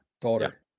daughter